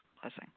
Blessing